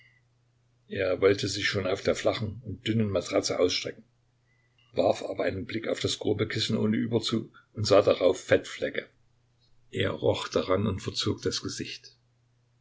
er wollte sich schon auf der flachen und dünnen matratze ausstrecken warf aber einen blick auf das grobe kissen ohne überzug und sah darauf fettflecke er roch daran und verzog das gesicht